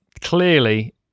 clearly